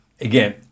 again